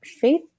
faith